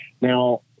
Now